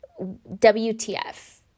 WTF